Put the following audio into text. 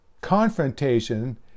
confrontation